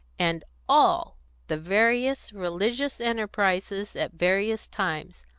and all the various religious enterprises at various times,